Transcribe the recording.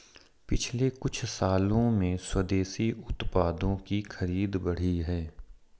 पिछले कुछ सालों में स्वदेशी उत्पादों की खरीद बढ़ी है